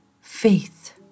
faith